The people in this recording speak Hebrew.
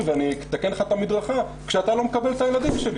ואני אתקן לך את המדרכה כשאתה לא מקבל את הילדים שלי